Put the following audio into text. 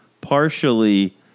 partially